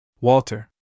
Walter